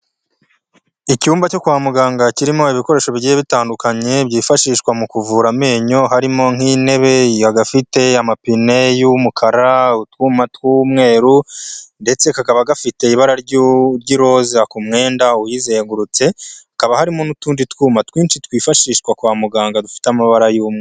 Icyumba cyo kwa muganga kirimo ibikoresho bigiye bitandukanye byifashishwa mu kuvura amenyo harimo nk'intebe, agafite amapine y'umukara, utwuyuma tw'umweru ndetse kakaba gafite ibara ry'iroza ku mwenda uyizengurutse hakaba harimo n'utundi twuma twinshi twifashishwa kwa muganga dufite amabara y'umweru.